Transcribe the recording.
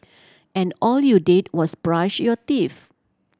and all you did was brush your teeth